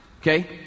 Okay